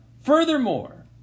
furthermore